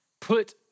put